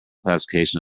classification